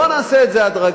בואו נעשה את זה הדרגתי,